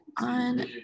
On